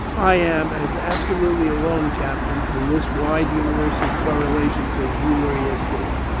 i am as absolutely alone, captain, in this wide universe of correlations as you were yesterday.